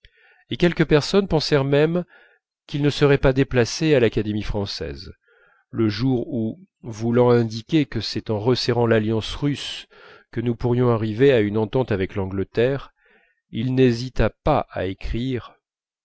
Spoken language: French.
et quelques personnes pensèrent même qu'il ne serait pas déplacé à l'académie française le jour où voulant indiquer que c'est en resserrant l'alliance russe que nous pourrions arriver à une entente avec l'angleterre il n'hésita pas à écrire